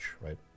right